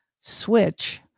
switch